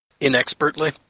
inexpertly